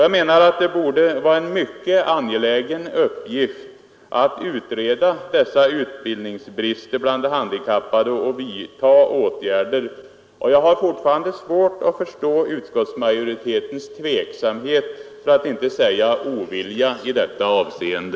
Jag menar att det borde vara en mycket angelägen uppgift att utreda dessa utbildningsbrister bland de handikappade och vidta åtgärder, och jag har fortfarande svårt att förstå utskottsmajoritetens tveksamhet, för att inte säga ovilja, i detta avseende.